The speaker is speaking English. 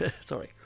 Sorry